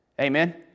Amen